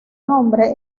nombre